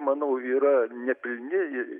manau yra nepilni